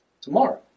tomorrow